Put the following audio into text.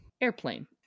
airplane